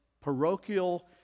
parochial